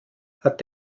hat